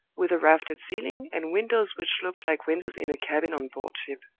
with a raftered ceiling, and windows which looked like windows in a cabin on board ship.